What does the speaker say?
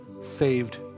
saved